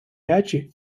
речі